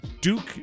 Duke